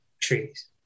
trees